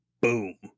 boom